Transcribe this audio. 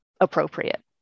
appropriate